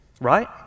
right